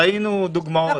ראינו דוגמאות.